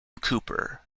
cooper